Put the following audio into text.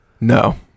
No